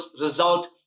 result